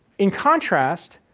in contrast,